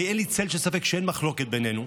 כי אין לי צל של ספק שאין מחלוקת בינינו.